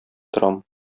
торам